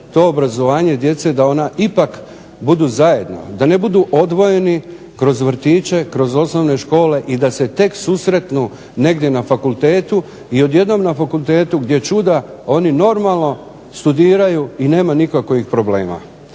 to obrazovanje djece da ona ipak budu zajedno, da ne budu odvojeni kroz vrtiće, kroz osnovne škole i da se tek susretnu negdje na fakultetu i odjednom na fakultetu gdje čuda oni normalno studiraju i nema nikakvih problema.